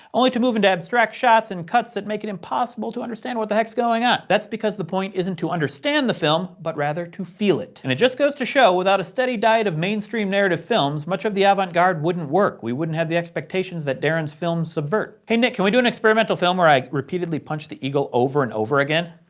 only to move into abstract shots and cuts that make it impossible to understand what the heck is going on. that's because the point isn't to understand the film, but rather to feel it. and it just goes to show without a steady diet of mainstream narrative films, much of the avant-garde wouldn't work we wouldn't have the expectations that deren's films subvert. hey nick, can we do an experimental film where i repeatedly punch the eagle over and over again?